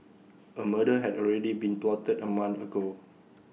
A murder had already been plotted A month ago